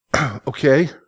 Okay